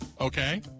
okay